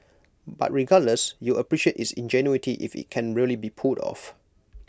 but regardless you'd appreciate its ingenuity if IT can really be pulled off